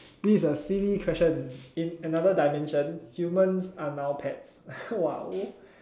this is a silly question in another dimension humans are now pets !wow!